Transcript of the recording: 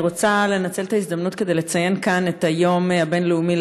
אני רוצה לנצל את ההזדמנות כדי לציין כאן את היום הבין-לאומי